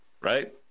Right